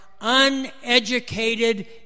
uneducated